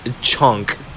chunk